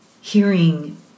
hearing